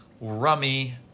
rummy